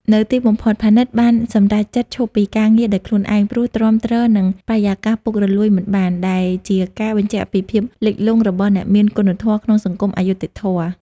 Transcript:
នៅទីបំផុត ផានីតបានសម្រេចចិត្តឈប់ពីការងារដោយខ្លួនឯង ព្រោះទ្រាំទ្រនឹងបរិយាកាសពុករលួយមិនបាន ដែលជាការសបញ្ជាក់ពីភាពលិចលង់របស់អ្នកមានគុណធម៌ក្នុងសង្គមអយុត្តិធម៌។